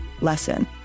lesson